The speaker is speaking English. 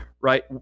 right